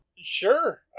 Sure